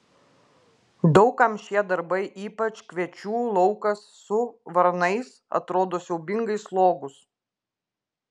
daug kam šie darbai ypač kviečių laukas su varnais atrodo siaubingai slogūs